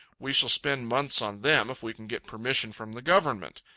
we shall spend months on them if we can get permission from the government.